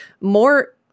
more